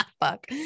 Fuck